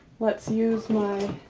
let's use my